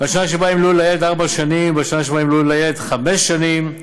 בשנה שבה ימלאו לילד ארבע שנים ובשנה שבה ימלאו לילד חמש שנים,